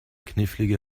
knifflige